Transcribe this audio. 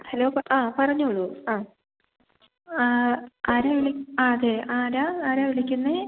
hello ആ പറഞ്ഞോളൂ ആ ആ ആരാണ് അതെ ആരാണ് ആരാണ് വിളിക്കുന്നത്